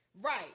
Right